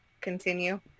continue